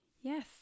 Yes